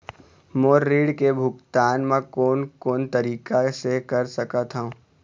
मोर ऋण के भुगतान म कोन कोन तरीका से कर सकत हव?